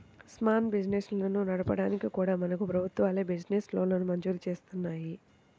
small బిజినెస్లను నడపడానికి కూడా మనకు ప్రభుత్వాలే బిజినెస్ లోన్లను మంజూరు జేత్తన్నాయి